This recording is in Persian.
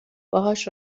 باهاش